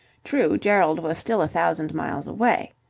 true, gerald was still a thousand miles away.